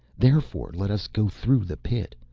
therefore let us go through the pit.